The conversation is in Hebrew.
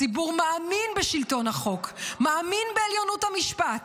הציבור מאמין בשלטון החוק, מאמין בעליונות המשפט,